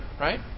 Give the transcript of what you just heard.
right